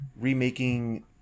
remaking